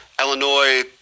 Illinois